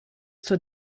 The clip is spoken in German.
zur